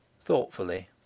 thoughtfully